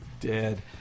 dead